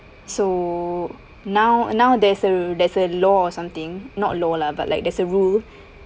so now now there's a there's a law or something not law lah but like there's a rule